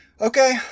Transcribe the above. Okay